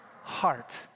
heart